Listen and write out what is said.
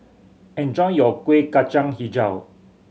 enjoy your Kueh Kacang Hijau